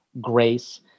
Grace